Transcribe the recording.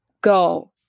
go